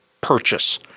purchase